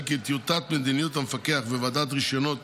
כי טיוטת מדיניות המפקח וועדת הרישיונות